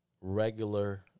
regular